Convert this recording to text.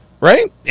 right